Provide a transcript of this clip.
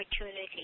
opportunity